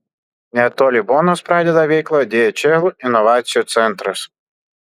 netoli bonos pradeda veiklą dhl inovacijų centras